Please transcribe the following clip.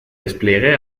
despliegue